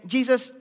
Jesus